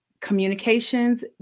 communications